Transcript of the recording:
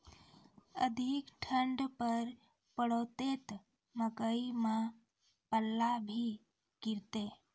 अधिक ठंड पर पड़तैत मकई मां पल्ला भी गिरते?